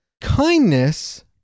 kindness